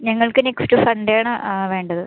ഞങ്ങൾക്ക് നെക്സ്റ്റ് സൺഡേണ് ആ വേണ്ടത്